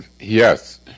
yes